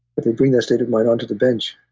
but they bring that state of mind onto the bench.